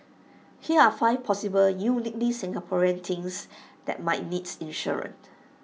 here are five possible uniquely Singaporean things that might needs